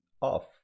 off